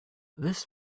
this